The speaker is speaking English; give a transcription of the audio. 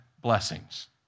blessings